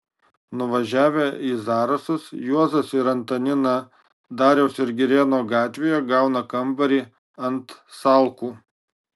nuvažiavę į zarasus juozas ir antanina dariaus ir girėno gatvėje gauna kambarį ant salkų